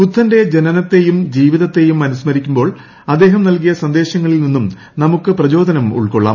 ബുദ്ധന്റെ ജനനത്തേയും ജീവിതത്തേയും അനുസ്മരിക്കുമ്പോൾ അദ്ദേഹം നൽകിയ സന്ദേശങ്ങളിൽ നിന്നും നമുക്ക് പ്രചോദനം ഉൾക്കൊള്ളാം